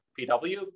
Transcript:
pw